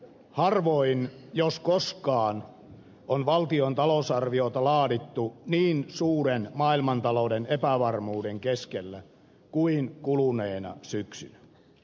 harvoin jos koskaan on valtion talousarviota laadittu niin suuren maailmantalouden epävarmuuden keskellä kuin kuluneena syksynä